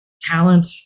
talent